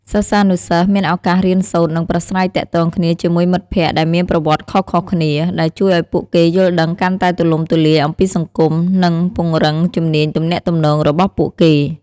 សិស្សានុសិស្សមានឱកាសរៀនសូត្រ និងប្រាស្រ័យទាក់ទងគ្នាជាមួយមិត្តភក្តិដែលមានប្រវត្តិខុសៗគ្នា ដែលជួយឱ្យពួកគេយល់ដឹងកាន់តែទូលំទូលាយអំពីសង្គម និងពង្រឹងជំនាញទំនាក់ទំនងរបស់ពួកគេ។